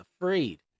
afraid